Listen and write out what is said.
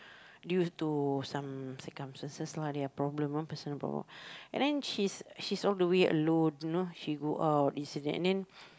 due to some circumstances lah their problem one person problem and then she she solve the way alone you know she go out this and that and then